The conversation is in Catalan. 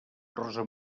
rosa